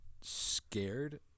scared